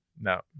No